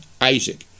Isaac